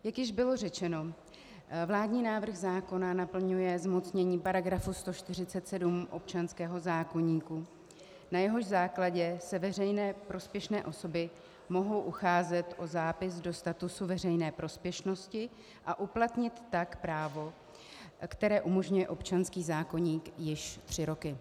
Jak již bylo řečeno, vládní návrh zákona naplňuje zmocnění § 147 občanského zákoníku, na jehož základě se veřejně prospěšné osoby mohou ucházet o zápis do statusu veřejné prospěšnosti a uplatnit tak právo, které umožňuje občanský zákoník již tři roky.